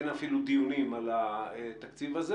שאין אפילו דיונים על התקציב הזה